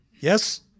Yes